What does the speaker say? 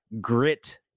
grit